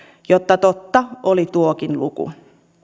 että totta oli tuokin luku